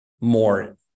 more